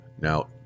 now